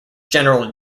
general